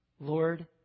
Lord